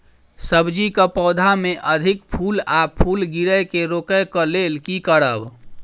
सब्जी कऽ पौधा मे अधिक फूल आ फूल गिरय केँ रोकय कऽ लेल की करब?